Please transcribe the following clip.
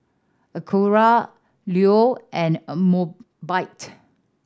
Acura Leo and Mobike